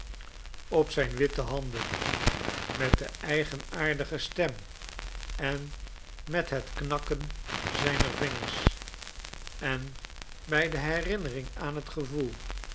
op zijn witte handen met de eigenaardige stem en met het knakken zijner vingers en bij de herinnering aan het gevoel